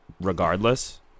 regardless